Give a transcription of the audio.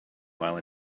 while